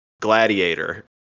gladiator